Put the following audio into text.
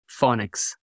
phonics